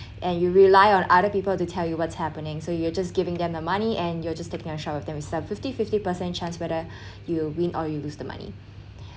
and you rely on other people to tell you what's happening so you're just giving them the money and you're just taking a shot with them it's a fifty fifty percent chance whether you win or you lose the money